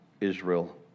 Israel